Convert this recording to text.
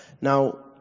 Now